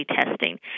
testing